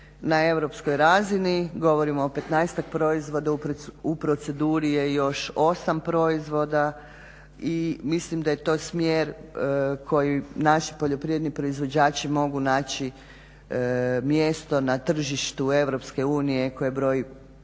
na europskoj razini. Govorimo o 15-tak proizvoda. U proceduri je još 8 proizvoda i mislim da je to smjer koji naši poljoprivredni proizvođači mogu naći mjesto na tržištu EU koja broji